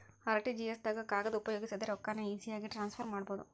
RTGS ದಾಗ ಕಾಗದ ಉಪಯೋಗಿಸದೆ ರೊಕ್ಕಾನ ಈಜಿಯಾಗಿ ಟ್ರಾನ್ಸ್ಫರ್ ಮಾಡಬೋದು